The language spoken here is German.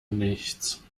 nichts